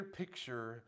picture